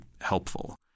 helpful